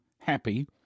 happy